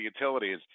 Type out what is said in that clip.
utilities